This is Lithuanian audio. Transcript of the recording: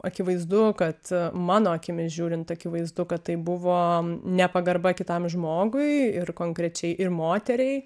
akivaizdu kad mano akimis žiūrint akivaizdu kad tai buvo nepagarba kitam žmogui ir konkrečiai ir moteriai